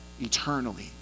eternally